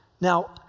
Now